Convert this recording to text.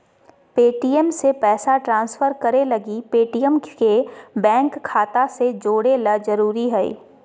Paytm से पैसा transfer करे लगी पेटीएम के बैंक खाता से जोड़े ल जरूरी हय